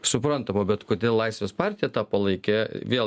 suprantama bet kodėl laisvės partija tą palaikė vėl